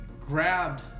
grabbed